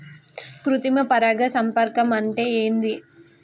కృత్రిమ పరాగ సంపర్కం అంటే ఏంది?